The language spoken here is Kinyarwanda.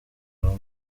roho